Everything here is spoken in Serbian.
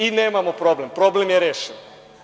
I, nemamo problem, problem je rešen.